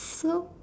so